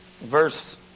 verse